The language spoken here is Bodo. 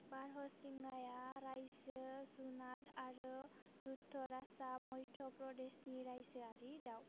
बारह'सिंगाआ रायजो जुनार आरो दुधराजआ मध्य' प्रदेशनि रायजोआरि दाउ